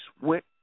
went